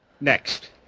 Next